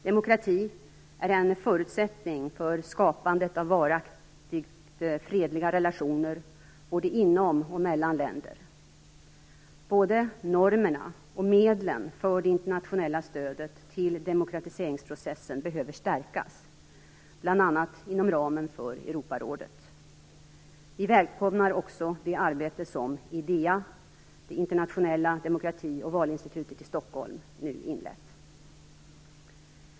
Demokrati är en förutsättning för skapandet av varaktigt fredliga relationer både inom och mellan länder. Både normerna och medlen för det internationella stödet till demokratiseringsprocessen behöver stärkas, bl.a. inom ramen för Europarådet. Vi välkomnar också det arbete som IDEA, det internationella demokrati och valinstitutet i Stockholm, nu inlett.